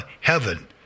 heaven